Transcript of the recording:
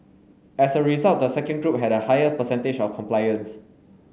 as a result the second group had a higher percentage of compliance